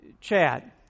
chad